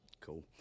cool